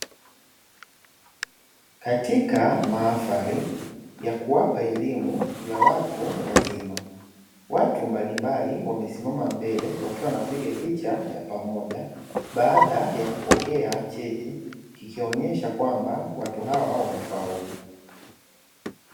Katika mahafali ya kuwapa elimu ya watu wazima, watu mbalimbali wamesimama mbele wakiwa wanapiga picha ya pamoja, baada ya kupokea cheti kikionyesha kwamba watu hawa wamefaulu.